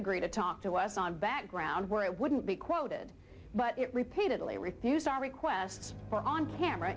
agree to talk to us on background where it wouldn't be quoted but it repeatedly refused our requests on camera